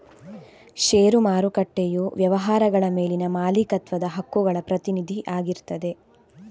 ಷೇರು ಮಾರುಕಟ್ಟೆಯು ವ್ಯವಹಾರಗಳ ಮೇಲಿನ ಮಾಲೀಕತ್ವದ ಹಕ್ಕುಗಳ ಪ್ರತಿನಿಧಿ ಆಗಿರ್ತದೆ